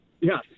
Yes